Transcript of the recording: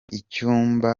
icyumba